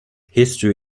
history